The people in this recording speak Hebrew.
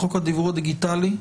בחוק הדיוור הדיגיטלי,